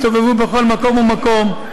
הסתובבו בכל מקום ומקום,